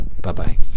Bye-bye